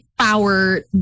power